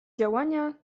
działania